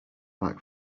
back